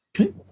Okay